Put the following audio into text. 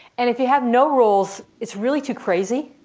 and if you have no rules, it's really too crazy.